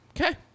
Okay